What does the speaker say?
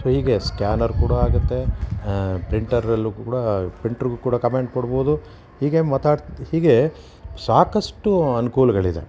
so ಹೀಗೆ scanner ಕೂಡ ಆಗುತ್ತೆ ಪ್ರಿಂಟರಲ್ಲೂ ಕೂಡ ಪ್ರಿಂಟ್ರುಗು ಕೂಡ ಕಮೆಂಟ್ ಕೊಡ್ಬೋದು ಹೀಗೆ ಮತಾಡ್ತಾ ಹೀಗೆ ಸಾಕಷ್ಟು ಅನುಕೂಲಗಳಿದೆ